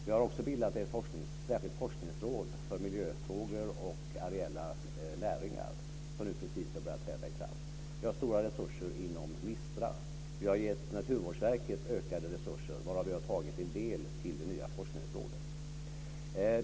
Vi har också bildat ett särskilt forskningsråd för miljöfrågor och areella näringar, som nu precis har börjat träda i kraft. Vi har stora resurser inom MIST RA. Vi har givit Naturvårdsverket ökade resurser varav vi har tagit en del till det nya forskningsrådet.